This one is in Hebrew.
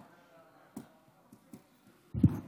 אדוני היושב-ראש, חבריי וחברותיי חברי הכנסת,